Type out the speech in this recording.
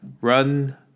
run